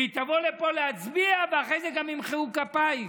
והיא תבוא לפה להצביע, ואחרי זה גם ימחאו כפיים.